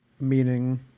Meaning